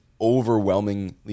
overwhelmingly